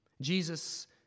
Jesus